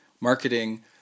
marketing